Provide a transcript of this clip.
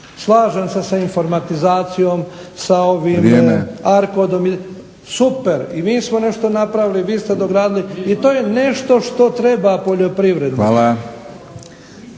Slažem se sa informatizacijom, sa ovime ARKODOM, super. I mi smo nešto napravili, vi ste dogradili i to je nešto što treba poljoprivredi.